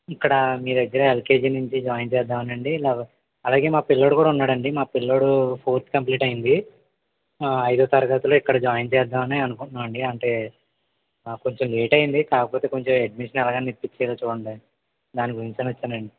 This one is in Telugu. ఇక్కడ మీ దగ్గర ఎల్కేజీ నుంచి జాయిన్ చేద్దామనండి అలాగే మా పిల్లాడు కూడా ఉన్నాడండీ మా పిల్లాడు ఫోర్త్ కంప్లీట్ అయింది ఆ ఐదో తరగతిలో ఇక్కడ జాయిన్ చేద్దామని అనుకుంటున్నామండీ అంటే మాకు కొంచెం లేటైంది కాకపోతే కొంచెం అడ్మిషన్ ఎలాగైనా ఇప్పిచ్చేలా చుడండి దాని గురించని వచ్చానండి